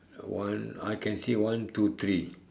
one I can see one two three